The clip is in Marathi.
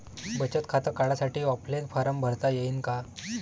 बचत खातं काढासाठी ऑफलाईन फारम भरता येईन का?